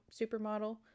supermodel